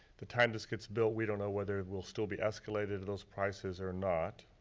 the time this gets built, we don't know whether it will still be escalated to those prices or not,